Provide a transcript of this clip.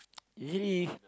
usually